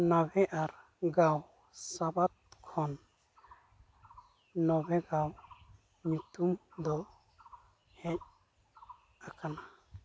ᱱᱟᱵᱷᱮ ᱟᱨ ᱜᱟᱶ ᱥᱟᱵᱟᱫᱽ ᱠᱷᱚᱱ ᱱᱚᱵᱷᱮᱜᱟᱶ ᱧᱩᱛᱩᱢᱫᱚ ᱦᱮᱡ ᱟᱠᱟᱱᱟ